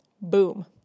Boom